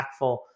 impactful